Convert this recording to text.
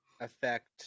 affect